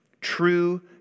true